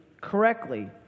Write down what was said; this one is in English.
correctly